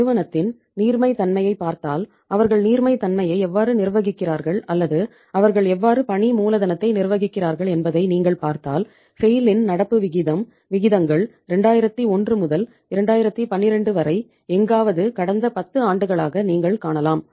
நிறுவனத்தின் நீர்மைத்தமையை பார்த்தல் அவர்கள் நீர்மைத்தமையை எவ்வாறு நிர்வகிக்கிறார்கள் அல்லது அவர்கள் எவ்வாறு பணி மூலதனத்தை நிர்வகிக்கிறார்கள் என்பதை நீங்கள் பார்த்தால் SAIL இன் நடப்பு விகிதம் விகிதங்கள் 2001 முதல் 2012 வரை எங்காவது கடந்த 10 ஆண்டுகளாக நீங்கள் காணலாம்